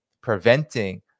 preventing